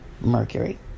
Mercury